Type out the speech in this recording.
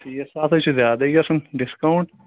ٹھیٖک اتھ ہَے چھُ زیادے گژھان ڈِسکاونٛٹ